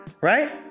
right